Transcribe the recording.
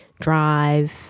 drive